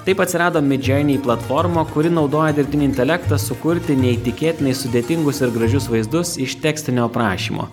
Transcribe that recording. taip atsirado midjourney platforma kuri naudoja dirbtinį intelektą sukurti neįtikėtinai sudėtingus ir gražius vaizdus iš tekstinio aprašymo